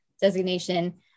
designation